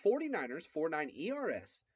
49ers49ERS